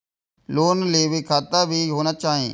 Loan लेबे में खाता भी होना चाहि?